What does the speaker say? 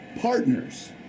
partners